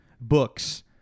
books